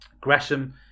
Gresham